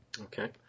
Okay